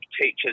teachers